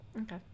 okay